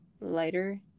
lighter